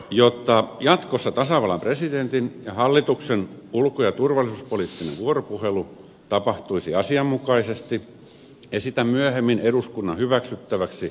jotta jatkossa tasavallan presidentin ja hallituksen ulko ja turvallisuuspoliittinen vuoropuhelu tapahtuisi asianmukaisesti esitän myöhemmin eduskunnan hyväksyttäväksi lausumaehdotuksen